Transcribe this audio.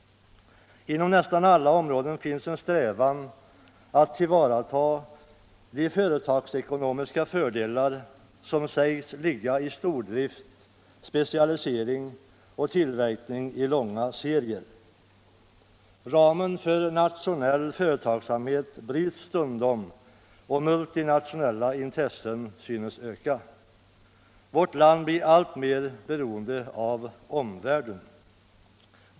Inom nästan alla områden finns en strävan att tillvarata de företagsekonomiska fördelar som sägs ligga i stordrift, specialisering och tillverkning i långa serier. Ramen för nationeH företagsamhet bryts stundom, och multinationella intressen synes öka. Vårt land blir alltmer beroende av omvärlden.